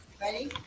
Ready